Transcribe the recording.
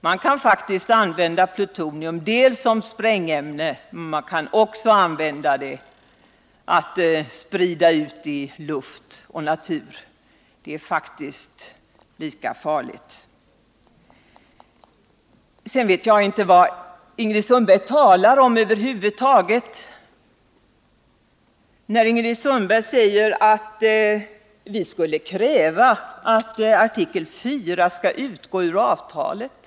Man kan faktiskt använda plutonium dels som sprängämne, dels att sprida ut i luft och natur. Det är farligt bådadera. Sedan vet jag inte vad Ingrid Sundberg talar om över huvud taget, när hon säger att vi skulle kräva att artikel IV skall utgå ur avtalet.